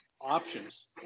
options